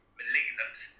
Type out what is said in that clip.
malignant